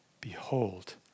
Behold